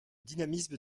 dynamisme